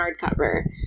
hardcover